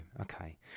Okay